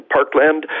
Parkland